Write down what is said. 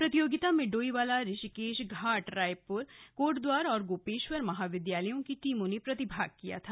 प्रतियोगिता में डोईवाला ऋषिकेश घाट रायपुर कोटद्वार और गोपेश्वर महाविद्यालयों की टीमों ने प्रतिभाग किया था